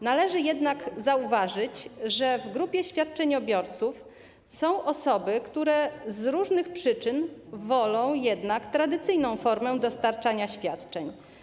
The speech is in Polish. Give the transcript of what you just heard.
Należy jednak zauważyć, że w grupie świadczeniobiorców są osoby, które z różnych przyczyn wolą jednak tradycyjną formę dostarczania świadczeń.